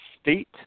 State